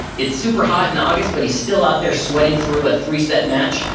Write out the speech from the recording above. it's super hot in august but he's still out there sweating through a three set match,